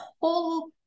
whole